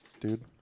dude